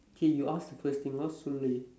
K you ask the first thing lah சுள்ளி:sulli